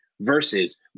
versus